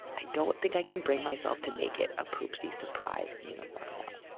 i don't think i can bring myself to make it a poopsie surprise uniform. no